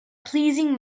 pleasing